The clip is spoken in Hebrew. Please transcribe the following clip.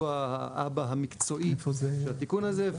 הוא האבא המקצועי של התיקון הזה.